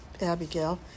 Abigail